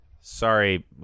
Sorry